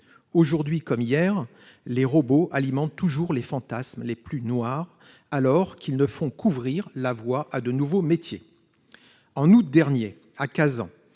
Aujourd'hui, comme hier, les robots alimentent les fantasmes les plus noirs, alors qu'ils ne font qu'ouvrir la voie à l'émergence de nouveaux métiers. En aout dernier, je faisais